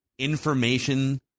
information